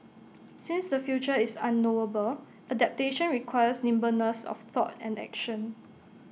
since the future is unknowable adaptation requires nimbleness of thought and action